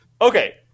Okay